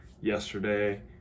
yesterday